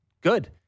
good